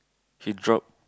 he drop